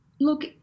Look